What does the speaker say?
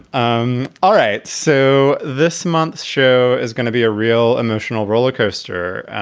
um all right so this month's show is gonna be a real emotional rollercoaster.